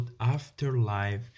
afterlife